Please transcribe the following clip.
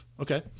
Okay